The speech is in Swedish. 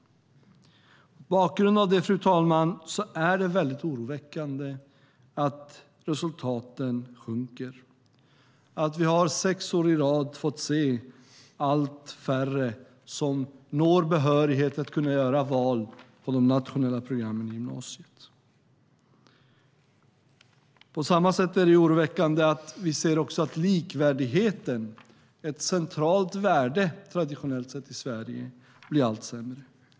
Mot bakgrund av det, fru talman, är det oroväckande att resultaten sjunker, att vi sex år i rad har fått se allt färre som når behörighet att kunna göra val till de nationella programmen i gymnasiet. Det är också oroväckande att vi ser att likvärdigheten - ett centralt värde traditionellt sett i Sverige - blir allt sämre.